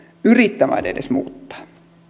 yrittämään muuttaa